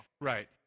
Right